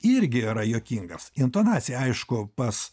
irgi yra juokingas intonacija aišku pas